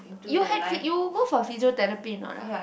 you had phy~ you go for physiotherapy or not ah